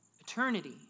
eternity